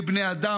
כבני אדם.